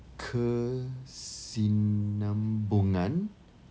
kesinambungan